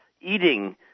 eating